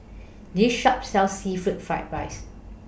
This Shop sells Seafood Fried Rice